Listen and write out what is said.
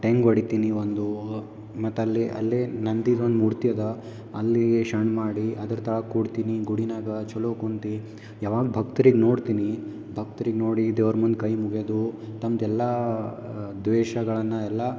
ಟೆಂಗ್ ಹೊಡಿತೀನಿ ಒಂದು ಮತ್ತಲ್ಲಿ ಅಲ್ಲಿ ನಂದಿದು ಒಂದು ಮೂರ್ತಿ ಅದಾ ಅಲ್ಲಿ ದರ್ಶನ ಮಾಡಿ ಅದ್ರ ತಾವ ಕೂರ್ತೀನಿ ಗುಡಿನಾಗ ಚಲೋ ಕುಂತಿ ಯಾವಾಗ ಭಕ್ತ್ರಿದ್ ನೋಡ್ತೀನಿ ಭಕ್ತ್ರಿದ್ ನೋಡಿ ದೇವ್ರ ಮುಂದೆ ಕೈ ಮುಗಿದು ತಂದೆಲ್ಲ ದ್ವೇಷಗಳನ್ನು ಎಲ್ಲ